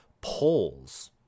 polls